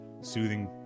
soothing